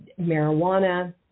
marijuana